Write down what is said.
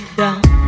down